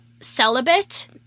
celibate